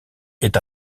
est